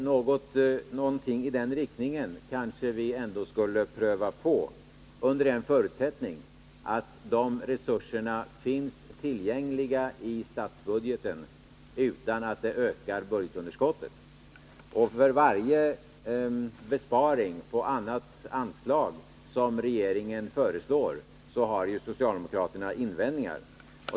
Någonting i den riktningen skulle vi kanske ändå pröva på under förutsättning att resurserna finns tillgängliga i statsbudgeten, så att budgetunderskottet inte ökar. För varje besparing på annat anslag som regeringen föreslår har ju socialdemokraterna invändningar.